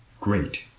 Great